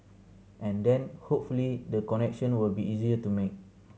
and then hopefully the connection will be easier to make